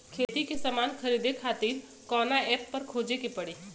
खेती के समान खरीदे खातिर कवना ऐपपर खोजे के पड़ी?